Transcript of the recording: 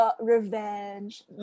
revenge